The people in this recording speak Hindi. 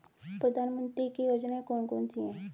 प्रधानमंत्री की योजनाएं कौन कौन सी हैं?